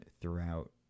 throughout